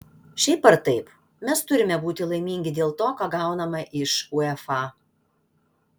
šiaip ar taip mes turime būti laimingi dėl to ką gauname iš uefa